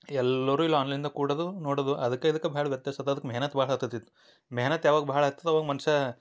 ಎಲ್ಲರೂ ಇಲ್ಲಿ ಆನ್ಲೈನ್ದಾಗ ಕೂಡದು ನೋಡದು ಅದಕ್ಕೆ ಇದಕ್ಕೆ ಭಾಳ್ ವ್ಯತ್ಯಾಸ ಅದು ಅದಕ್ಕೆ ಮೆಹನತ್ ಭಾಳಾ ಹತ್ತತಿತ್ತು ಮೆಹನತ್ ಯಾವಾಗ ಭಾಳ ಹತ್ತತವೋ ಮನುಷ್ಯ